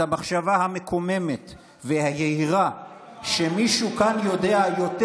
את המחשבה המקוממת והיהירה שמישהו כאן יודע יותר